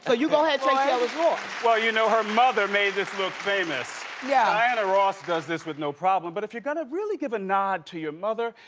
ah you go ahead tracee yeah ellis ross. well, you know, her mother made this look famous. yeah. diana ross does this with no problem. but, if you're gonna really give a nod to your mother,